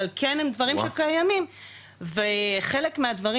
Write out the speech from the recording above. אבל כן הם דברים שקיימים וחלק מהדברים